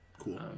Cool